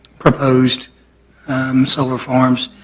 proposed solar farms,